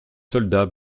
soldats